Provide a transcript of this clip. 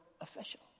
official